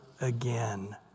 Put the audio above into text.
again